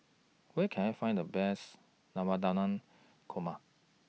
Where Can I Find The Best Navratan Korma